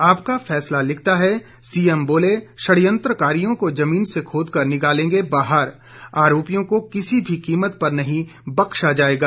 आपका फैसला लिखता है सीएम बोले षड्यंत्राकारियों को जमीन से खोदकर निकालेंगे बाहर आरोपियों को किसी भी कीमत पर नहीं बख्शा जाएगा